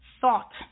thought